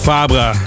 Fabra